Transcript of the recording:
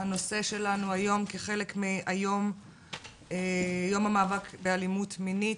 הנושא שלנו היום, כחלק מ"יום המאבק באלימות מינית"